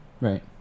right